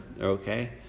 okay